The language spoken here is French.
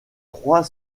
trois